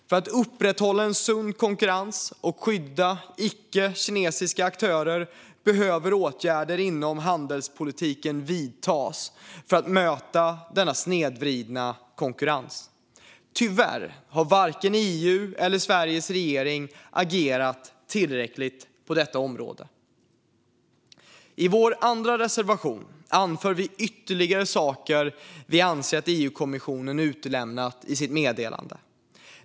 För att upprätthålla en sund konkurrens och skydda icke-kinesiska aktörer behöver åtgärder inom handelspolitiken vidtas för att möta denna snedvridna konkurrens. Tyvärr har varken EU eller Sveriges regering agerat tillräckligt på detta område. I vår andra reservation anför vi ytterligare saker som vi anser att EU-kommissionen utelämnat i sitt meddelande.